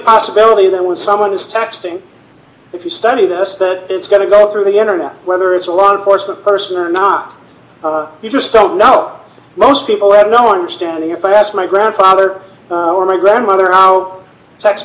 possibility that when someone is texting if you study this that it's going to go through the internet whether it's a lot of course the person or not you just don't know most people have no understanding if i asked my grandfather or my grandmother how text